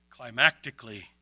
climactically